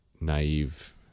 naive